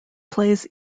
plays